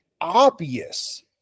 obvious